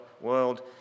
world